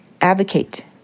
advocate